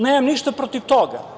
Nemam ništa protiv toga.